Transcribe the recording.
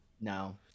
No